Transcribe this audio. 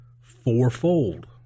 fourfold